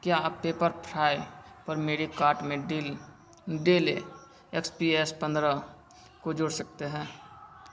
क्या आप पेपरफ्राई पर मेरी कार्ट में Dell Dell X P S पन्द्रह को जोड़ सकते हैं